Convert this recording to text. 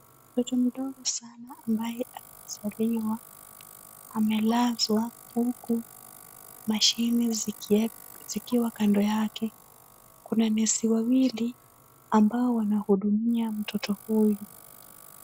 Mtoto mdogo sana ambaye amezaliwa, amelazwa huku mashine zikiwa kando yake. Kuna nesi wawili ambao wanahudumia mtoto huyu.